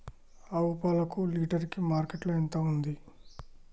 ఆవు పాలకు లీటర్ కి మార్కెట్ లో ఎంత ఉంది?